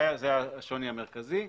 זה השוני המרכזי.